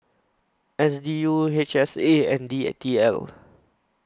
S D U H S A and D T L